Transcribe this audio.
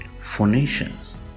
phonations